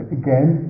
again